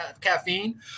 caffeine